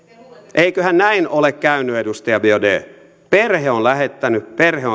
eiköhän näin ole käynyt edustaja biaudet perhe on lähettänyt perhe